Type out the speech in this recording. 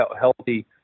healthy